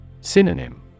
Synonym